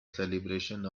celebration